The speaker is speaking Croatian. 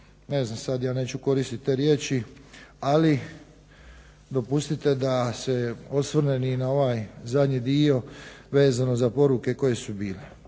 ne znam sad ja neću koristiti te riječi, ali dopustite da se osvrnem i na ovaj zadnji dio vezano za poruke koje su bile.